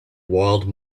wild